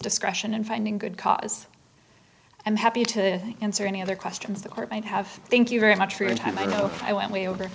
discretion in finding good cause i'm happy to answer any other questions the court might have thank you very much for your time i know i went way over